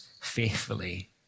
faithfully